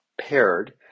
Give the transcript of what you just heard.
paired